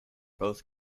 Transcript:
both